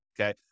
okay